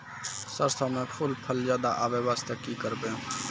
सरसों म फूल फल ज्यादा आबै बास्ते कि करबै?